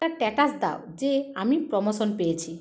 একটা স্ট্যাটাস দাও যে আমি প্রমোশন পেয়েছি